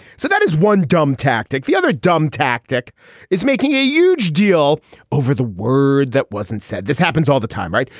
so that is one dumb tactic the other dumb tactic is making a huge deal over the word that wasn't said. this happens all the time right.